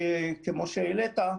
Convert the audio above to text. כמו שהעלית,